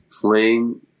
playing